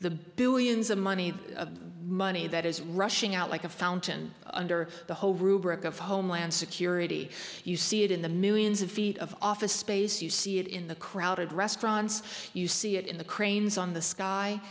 the billions of money the money that is rushing out like a fountain under the whole rubric of homeland security you see it in the millions of feet of office space you see it in the crowded restaurants you see it in the cranes on the sky